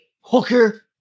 hooker